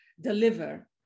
deliver